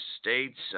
states